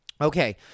Okay